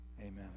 Amen